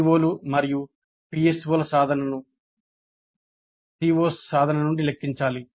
పిఓలు మరియు పిఎస్ఓల సాధనను COs సాధన నుండి లెక్కించాలి